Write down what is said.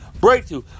breakthrough